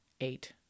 eight